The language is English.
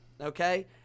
okay